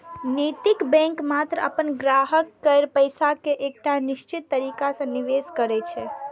नैतिक बैंक मात्र अपन ग्राहक केर पैसा कें एकटा निश्चित तरीका सं निवेश करै छै